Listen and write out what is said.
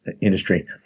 industry